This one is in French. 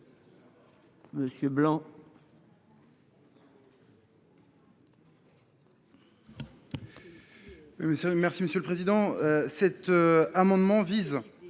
Monsieur Blanc,